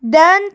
then